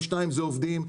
2. זה עובדים.